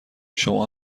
شما